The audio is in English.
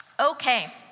Okay